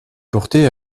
portée